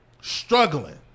struggling